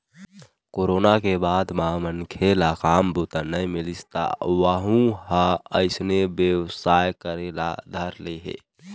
corona के बाद म मनखे ल काम बूता नइ मिलिस त वहूँ ह अइसने बेवसाय करे ल धर ले हे